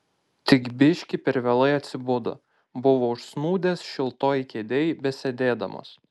tik biški per vėlai atsibudo buvo užsnūdęs šiltoj kėdėj besėdėdamas